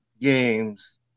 games